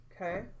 Okay